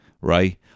right